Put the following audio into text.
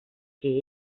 que